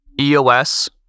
EOS